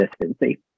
consistency